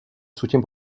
soutien